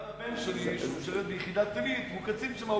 גם הבן שלי ששירת ביחידת עילית הוא קצין שם,